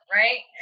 right